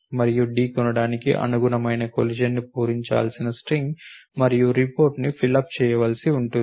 మరియు ఢీకొనడానికి అనుగుణమైన కొలిషన్ని పూరించాల్సిన స్ట్రింగ్ మరియు రిపోర్ట్ని ఫిల్ అప్ చేయవలసి ఉంటుంది